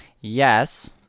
Yes